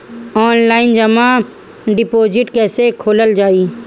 Online जमा deposit कैसे खोलल जाइ?